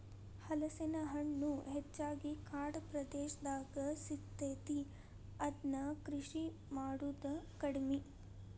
ಹಲಸಿನ ಹಣ್ಣು ಹೆಚ್ಚಾಗಿ ಕಾಡ ಪ್ರದೇಶದಾಗ ಸಿಗತೈತಿ, ಇದ್ನಾ ಕೃಷಿ ಮಾಡುದ ಕಡಿಮಿ